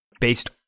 Based